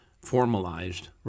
formalized